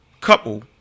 couple